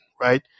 right